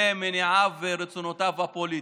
למניעיו ורצונותיו הפוליטיים,